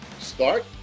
start